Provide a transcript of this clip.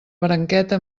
branqueta